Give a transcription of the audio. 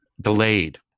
delayed